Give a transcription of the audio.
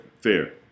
fair